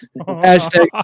Hashtag